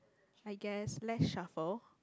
I guess lets shuffle